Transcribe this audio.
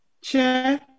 Chair